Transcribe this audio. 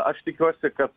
aš tikiuosi kad